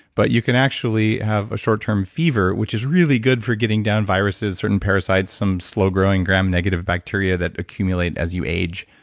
but you can actually have a short term fever, which is really good for getting down viruses certain parasites, some slow growing gram negative bacteria that accumulate as you age.